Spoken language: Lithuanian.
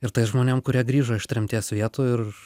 ir tai žmonėm kurie grįžo iš tremties vietų ir